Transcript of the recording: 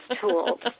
tools